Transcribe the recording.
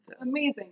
Amazing